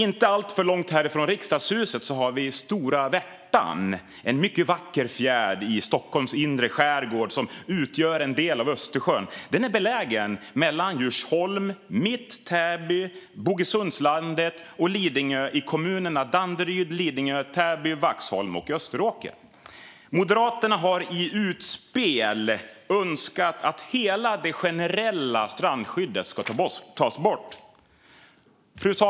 Inte alltför långt härifrån Riksdagshuset har vi Stora Värtan, en mycket vacker fjärd i Stockholms inre skärgård som utgör en del av Östersjön. Den är belägen mellan Djursholm, mitt Täby, Bogesundslandet och Lidingö i kommunerna Danderyd, Lidingö, Täby, Vaxholm och Österåker. Moderaterna har i utspel önskat att hela det generella strandskyddet ska tas bort.